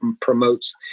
promotes